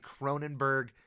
Cronenberg